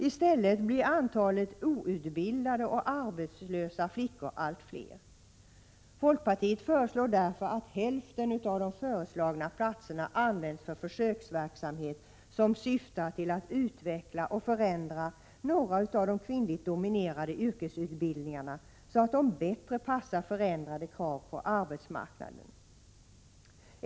I stället blir antalet outbildade och arbetslösa flickor allt fler. Folkpartiet föreslår därför att hälften av de föreslagna platserna används för försöksverksamhet som syftar till att utveckla och förändra några av de kvinnligt dominerade yrkesutbildningarna, så att de bättre passar förändrade krav på arbetsmarknaden.